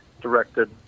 directed